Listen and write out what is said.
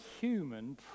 human